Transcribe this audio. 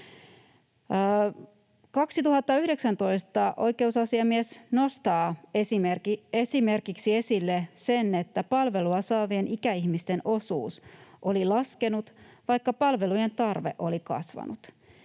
2019 oikeusasiamies nostaa esille esimerkiksi sen, että palvelua saavien ikäihmisten osuus oli laskenut, vaikka palvelujen tarve oli kasvanut.